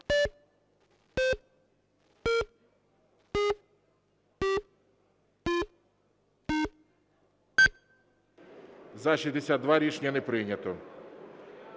За-72 Рішення не прийнято.